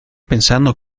pensando